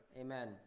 amen